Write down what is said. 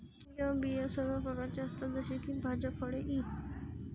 या बिया सर्व प्रकारच्या असतात जसे की भाज्या, फळे इ